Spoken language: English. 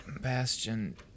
Bastion